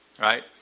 right